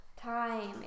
time